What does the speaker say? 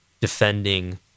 defending